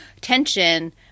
tension